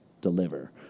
deliver